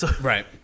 Right